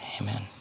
Amen